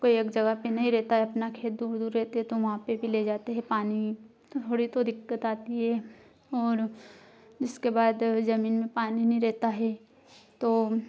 कोई एक जगह पर नहीं रहता है अपना खेत दूर दूर रहते है तो वहाँ पर भी ले जाते है पानी थोड़ी तो दिक्कत आती है और जिसके बाद जमीन में पानी नहीं रहता है तो